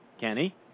Kenny